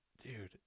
Dude